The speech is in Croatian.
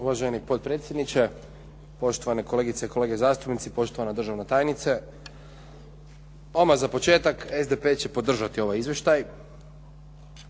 Uvaženi potpredsjedniče, poštovane kolegice i kolege zastupnici, poštovana državna tajnice. Odmah za početak SDP će podržati ovaj izvještaj.